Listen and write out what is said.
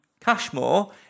Cashmore